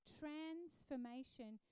transformation